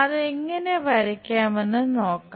അത് എങ്ങനെ വരയ്ക്കാമെന്ന് നോക്കാം